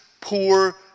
poor